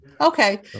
Okay